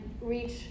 reach